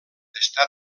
està